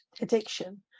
addiction